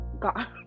God